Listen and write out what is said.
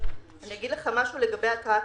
אני אגיד לך משהו לגבי אטרקציות.